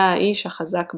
היה האיש החזק ברייך,